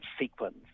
sequence